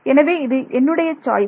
எனவே இது என்னுடைய சாய்ஸ்